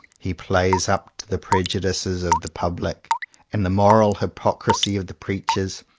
he plays up to the prejudices of the public and the moral hypocrisy of the preachers,